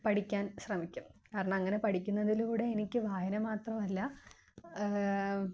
പഠിക്കാൻ ശ്രമിക്കും കാരണം അങ്ങനെ പഠിക്കുന്നതിലൂടെ എനിക്ക് വായന മാത്രമല്ല